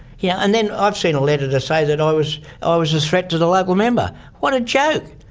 yeah and then i've seen a letter to say that i was i was a threat to the local member. what a joke.